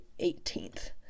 18th